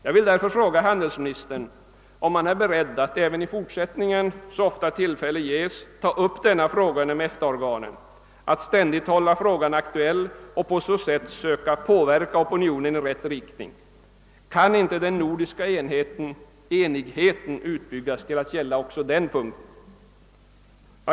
Jag vill därför fråga handelsministern om han är beredd att även i fortsättningen så ofta tillfälle ges ta upp detta spörsmål inom EFTA-organen samt att ständigt hålla saken aktuell och på så sätt söka påverka opinionen 1 rätt riktning. Kan inte den nordiska enigheten utbyggas till att gälla även denna punkt?